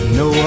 no